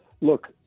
Look